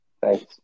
Thanks